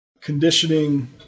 conditioning